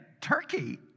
turkey